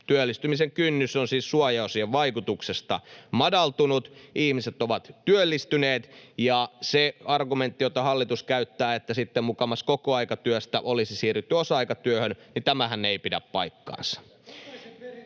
Työllistymisen kynnys on siis suojaosien vaikutuksesta madaltunut ja ihmiset ovat työllistyneet, ja se argumentti, jota hallitus käyttää, että sitten mukamas kokoaikatyöstä olisi siirrytty osa-aikatyöhön, ei pidä paikkaansa.